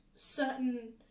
certain